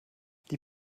die